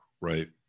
right